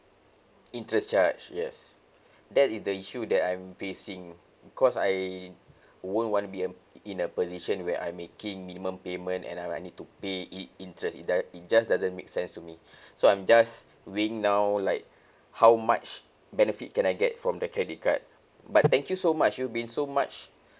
interest charge yes that is the issue that I'm facing because I won't want to be uh in a position where I'm making minimum payment and I I need to pay i~ interest it ju~ it just doesn't make sense to me so I'm just weighing now like how much benefit can I get from the credit card but thank you so much you've been so much